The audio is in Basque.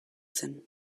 zen